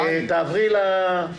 תעברי לתיקון השני.